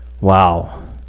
Wow